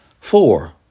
Four